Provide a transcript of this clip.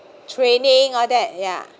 training all that ya